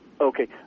Okay